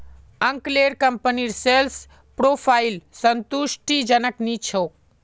अंकलेर कंपनीर sales profile संतुष्टिजनक नी छोक